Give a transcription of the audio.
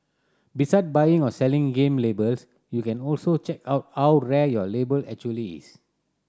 beside buying or selling game labels you can also check out how rare your label actually is